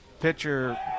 Pitcher